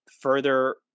further